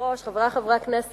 אדוני היושב-ראש, חברי חברי הכנסת,